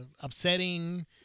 upsetting